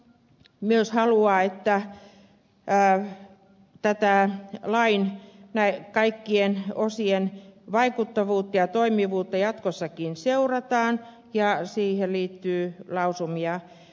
valiokunta haluaa myös että tämän lain kaikkien osien vaikuttavuutta ja toimivuutta jatkossakin seurataan ja siihen liittyy lausumia